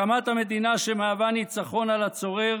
הקמת המדינה שמהווה ניצחון על הצורר